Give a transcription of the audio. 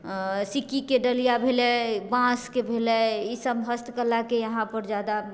सिक्कीके डलिया भेलै बाँसके भेलै इसब हस्तकलाके यहाँपर जादा